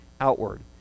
outward